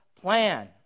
plan